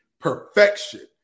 perfection